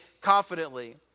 confidently